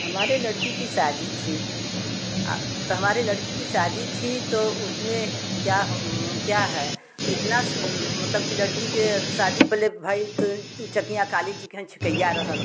हमारे लड़की की शादी थी तो हमारी लड़की की शादी थी तो उसमें क्या हो क्या है इतना मतलब कि लड़की के शादी पहले भइल ते चकियाँ काली जी के यहाँ छेकइया रहल